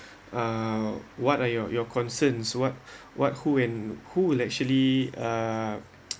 uh what are your your concerns what what who in who will actually uh